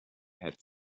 had